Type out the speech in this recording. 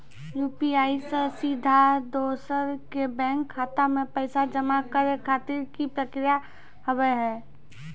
UPI से सीधा दोसर के बैंक खाता मे पैसा जमा करे खातिर की प्रक्रिया हाव हाय?